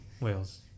whales